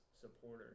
supporter